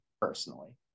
personally